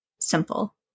simple